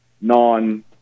non